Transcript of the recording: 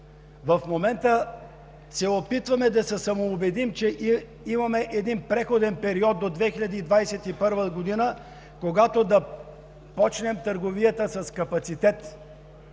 В момента се опитваме да се самоубедим, че имаме един преходен период до 2021 г., когато да почнем търговията с капацитет,